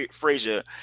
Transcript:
Frazier